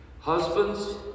husbands